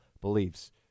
beliefs